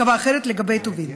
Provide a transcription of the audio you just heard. קבע אחרת לגבי טובין.